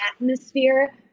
atmosphere